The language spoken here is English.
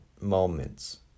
moments